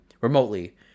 remotely